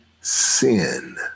sin